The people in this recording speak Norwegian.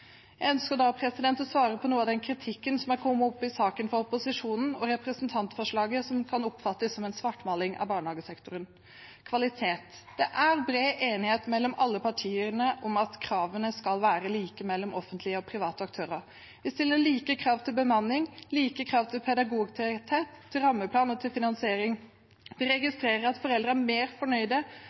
Jeg ønsker å svare på noe av den kritikken som har kommet fra opposisjonen i saken. Representantforslaget kan oppfattes som en svartmaling av barnehagesektoren. Kvalitet: Det er bred enighet mellom alle partiene om at kravene til offentlige og private aktører skal være like. Vi stiller like krav til bemanning og like krav til pedagogtetthet, rammeplan og finansiering. Jeg registrerer at foreldrene er mest fornøyd med de private barnehagene, og det må være det viktigste. Det aller viktigste for foreldre